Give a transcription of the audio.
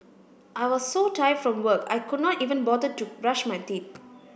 I was so tired from work I could not even bother to brush my teeth